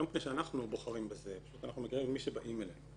לא מפני שאנחנו בוחרים בזה אלא פשוט אנחנו מקבלים את מי שבאים אלינו,